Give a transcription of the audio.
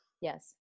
Yes